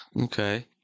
okay